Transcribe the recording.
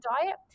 diet